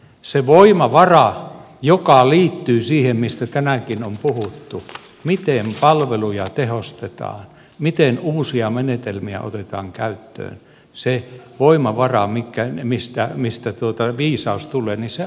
se voimavara joka liittyy siihen mistä tänäänkin on puhuttu miten palveluja tehostetaan miten uusia menetelmiä otetaan käyttöön se voimavara mistä viisaus tulee se asuu kunnissa